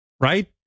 Right